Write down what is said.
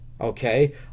Okay